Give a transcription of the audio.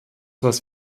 was